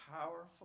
powerful